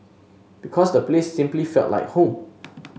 because the place simply felt like home